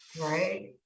Right